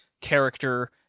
character